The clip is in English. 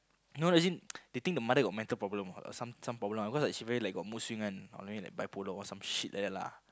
no as in they think the mother got mental problem or some some problem ah because she very like got mood swing one or maybe like bipolar or some shit like that lah